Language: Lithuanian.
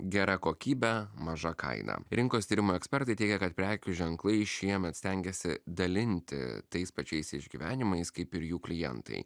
gera kokybė maža kaina rinkos tyrimų ekspertai teigia kad prekių ženklai šiemet stengiasi dalinti tais pačiais išgyvenimais kaip ir jų klientai